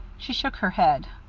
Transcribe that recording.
she shook her head.